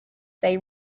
they